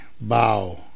bow